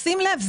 שים לב,